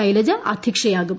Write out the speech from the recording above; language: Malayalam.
ശൈലജ അധ്യക്ഷയാകും